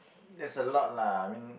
there's a lot lah I mean